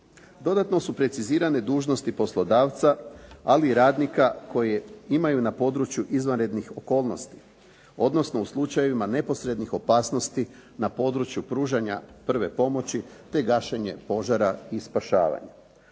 Dodatno su precizirane dužnosti poslodavca ali i radnika koji imaju na području izvanrednih okolnosti, odnosno u slučajevima neposrednih opasnosti na području pružanja prve pomoći, te gašenje požara i spašavanja.